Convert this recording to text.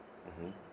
mmhmm